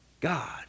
god